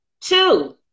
Two